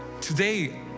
Today